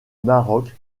maroc